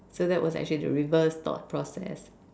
so that was actually the reverse thought process